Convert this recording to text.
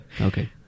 Okay